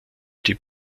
die